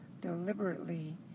deliberately